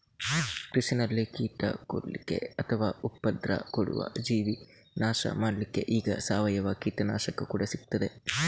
ಕೃಷಿನಲ್ಲಿ ಕೀಟ ಕೊಲ್ಲಿಕ್ಕೆ ಅಥವಾ ಉಪದ್ರ ಕೊಡುವ ಜೀವಿ ನಾಶ ಮಾಡ್ಲಿಕ್ಕೆ ಈಗ ಸಾವಯವ ಕೀಟನಾಶಕ ಕೂಡಾ ಸಿಗ್ತದೆ